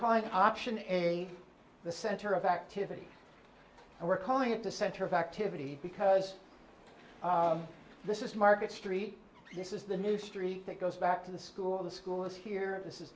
kind of option a the center of activity and we're calling it the center of activity because this is market street this is the new street that goes back to the school the school is here and this is